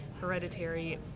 hereditary